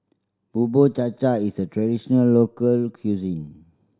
Bubur Cha Cha is a traditional local cuisine